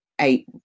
eight